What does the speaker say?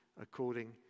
according